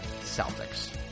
CELTICS